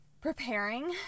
preparing